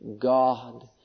God